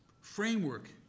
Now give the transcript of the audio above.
framework